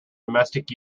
domestic